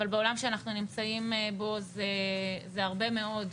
אבל בעולם שאנחנו נמצאים בו זה הרבה מאוד.